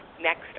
Next